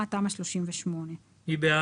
בטבת התשפ"ד', זה יהיה 1 בינואר 28'. מי בעד?